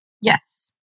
Yes